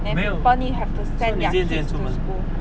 then parent have to send their kids to school